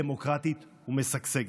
דמוקרטית ומשגשגת.